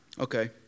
okay